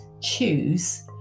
choose